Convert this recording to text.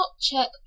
check